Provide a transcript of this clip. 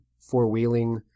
four-wheeling